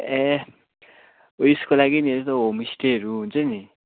ए उयेसको लागि नि होमस्टेहरू हुन्छ नि